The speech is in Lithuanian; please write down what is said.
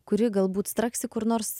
kuri galbūt straksi kur nors